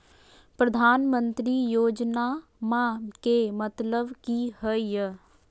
प्रधानमंत्री योजनामा के मतलब कि हय?